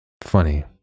Funny